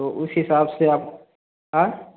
तो उस हिसाब से आप हाँ